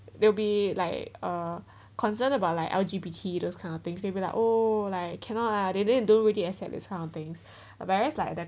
they'll will be like uh concerned about like L_G_B_T those kind of things they will like oh like cannot lah they they don't really accept this kind of things but there's like that